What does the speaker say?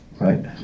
right